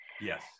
Yes